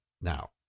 Now